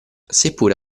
seppure